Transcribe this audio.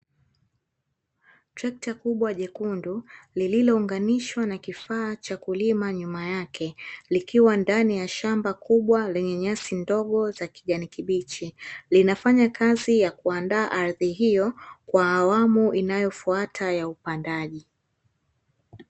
Trekta kubwa jekundu lililounganishwa na kifaa cha kulima nyuma yake, likiwa ndani ya shamba kubwa lenye nyasi ndogo za kijani kibichi. Linafanya kazi ya kuandaa ardhi hiyo kwa awamu inayofwata ya upandaji.